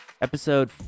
episode